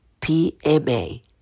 PMA